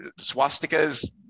swastikas